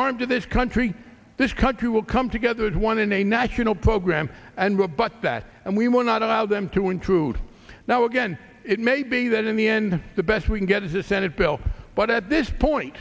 harm to this country this country will come together as one in a national program and rebut that and we will not allow them to intrude now again it may be that in the end the best we can get is the senate bill but at this point